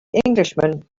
englishman